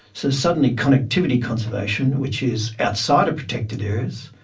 so, suddenly connectivity conservation, which is outside of protected areas,